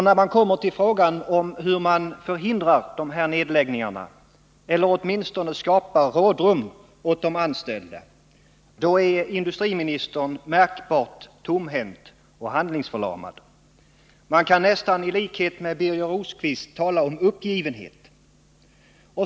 När man kommer till frågan hur man förhindrar dessa nedläggningar — eller åtminstone skapar rådrum åt de anställda — är industriministern märkbart tomhänt och handlingsförlamad. Man kan nästan i likhet med Birger Rosqvist tala om uppgivenhet.